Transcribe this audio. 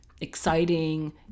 exciting